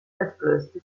entblößte